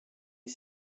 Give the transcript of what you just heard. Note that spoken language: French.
est